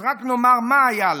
אז רק נאמר מה היה לנו: